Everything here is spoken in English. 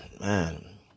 man